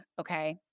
Okay